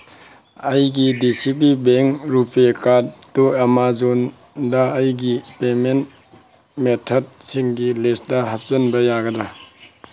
ꯑꯩꯒꯤ D C B bank ꯔꯨꯄꯦ ꯀꯥꯔꯠꯇꯨ ꯑꯦꯃꯥꯖꯣꯟꯗ ꯑꯩꯒꯤ ꯄꯦꯃꯦꯟ ꯃꯦꯊꯠꯁꯤꯡꯒꯤ ꯂꯤꯁꯇ ꯍꯥꯞꯆꯤꯟꯕ ꯌꯥꯒꯗ꯭ꯔꯥ